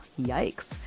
Yikes